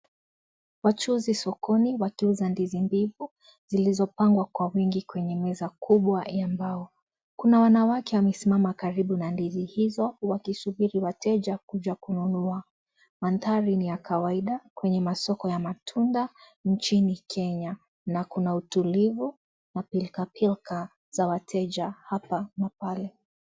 Wachuuzi sokoni wakiuza ndizi mbivu zilizopangwa kwa wingi kwenye meza kubwa ya mbao. Kuna wanawake wamesimama karibu na ndizi hizo wakisubiri wateja kuja kununua. Mandhari ni ya kawaida kwenye masoko ya matunda nchini Kenya na kuna utulivu na pilikapilika za wateja hapa na pale.